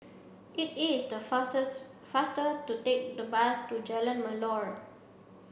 it is the fastest faster to take the bus to Jalan Melor